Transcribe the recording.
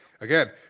Again